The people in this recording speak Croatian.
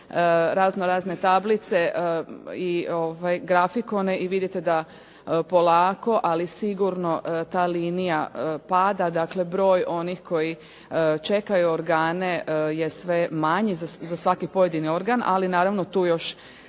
razno razne tablice i grafikone i vidite da polako, ali sigurno ta linija pada. Dakle, broj onih koji čekaju organe je sve manji za svaki pojedini organ. Ali naravno tu još